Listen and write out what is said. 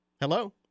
Hello